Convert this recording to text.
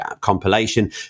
compilation